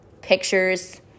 pictures